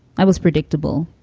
i was predictable.